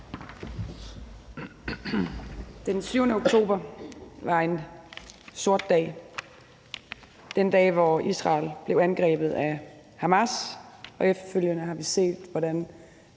Den 7. oktober 2023 var en sort dag – den dag, hvor Israel blev angrebet af Hamas. Efterfølgende har vi set, hvordan